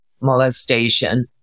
molestation